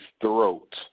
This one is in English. throat